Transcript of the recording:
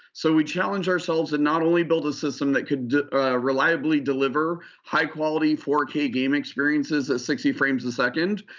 so we challenged ourselves to and not only build a system that could reliably deliver high-quality four k game experiences ah sixty frames a second,